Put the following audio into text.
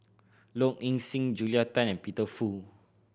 Low Ing Sing Julia Tan and Peter Fu